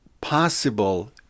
possible